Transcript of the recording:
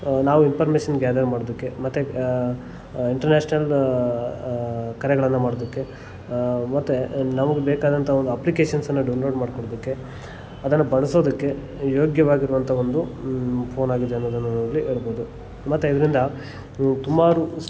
ನಾವು information gather ಮಾಡೋದಕ್ಕೆ ಮತ್ತು ಇಂಟರ್ನ್ಯಾಷನಲ್ ಕರೆಗಳನ್ನು ಮಾಡೋದಕ್ಕೆ ಮತ್ತು ನಮಗೆ ಬೇಕಾದಂಥ ಒಂದು ಅಪ್ಲಿಕೇಷನ್ಸನ್ನು ಡೌನ್ಲೋಡ್ ಮಾಡಿಕೊಡೋದಕ್ಕೆ ಅದನ್ನು ಬಳಸೋದಕ್ಕೆ ಯೋಗ್ಯವಾಗಿರುವಂಥ ಒಂದು ಫೋನಾಗಿದೆ ಅನ್ನೋದನ್ನು ನಾವಿಲ್ಲಿ ಹೇಳ್ಬೋದು ಮತ್ತು ಇದರಿಂದ ಸುಮಾರು